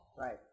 Right